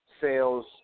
sales